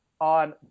on